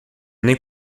nem